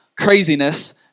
craziness